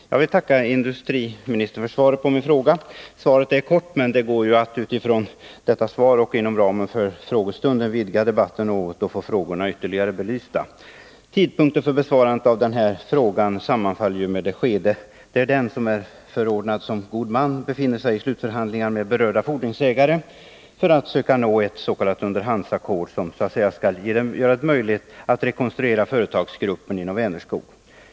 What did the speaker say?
Herr talman! Jag tackar industriministern för svaret. Det är kort, men det går ju att utifrån detta svar och inom ramen för frågestunden vidga debatten något och få frågorna ytterligare belysta. Tidpunkten för besvarandet av denna fråga sammanfaller med det skede i utvecklingen då den som är förordnad som god man befinner sig i slutförhandlingar med berörda fordringsägare för att söka nå ett s.k. underhandsackord, vilket skall göra det möjligt att rekonstruera företagsgruppen inom Vänerskog.